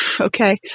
Okay